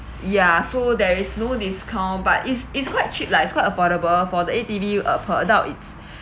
ya so there is no discount but it's it's quite cheap lah it's quite affordable for the A_T_V uh per adult it's